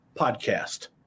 podcast